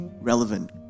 relevant